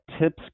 tips